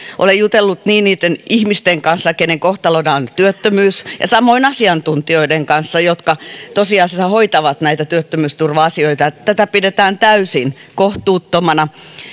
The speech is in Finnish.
olen jutellut niitten ihmisten kanssa joiden kohtalona on työttömyys ja samoin asiantuntijoiden kanssa jotka tosiasiassa hoitavat näitä työttömyysturva asioita ja tätä pidetään täysin kohtuuttomana